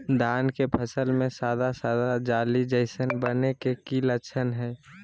धान के फसल में सादा सादा जाली जईसन बने के कि लक्षण हय?